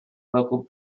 local